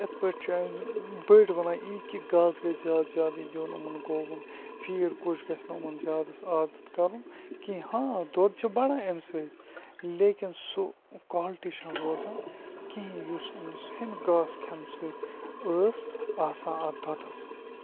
یِتھ پٲٹھۍ چھُ اَسہِ بٔڑۍ وَنان یی زِ گاسہِ گَژھِ زیادٕ زیادٕ دیوٚن یِمن گٲوَن فیٖڈ کوٚش گَژھِ نہٕ یِمن زیادَس عادَت کَرُن کینٛہہ ہاں دۄد چھُ بَڈان امہ سۭتۍ لیکن سُہ کالٹی چھَنہٕ روزان کِہِیٖنۍ یُس أمِس ہُمہِ گاسہِ کھیٚنہِ سۭتۍ ٲسۍ آسان اتھ دۄدَس